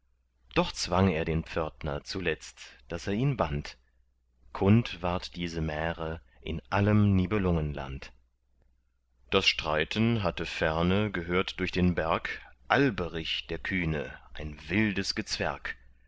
doch zwang er den pförtner zuletzt daß er ihn band kund ward diese märe in allem nibelungenland das streiten hatte ferne gehört durch den berg alberich der kühne ein wildes gezwerg